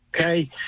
okay